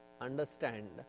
Understand